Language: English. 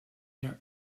their